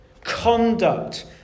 Conduct